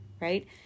right